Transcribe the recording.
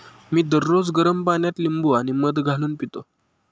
मी दररोज गरम पाण्यात लिंबू आणि मध घालून पितो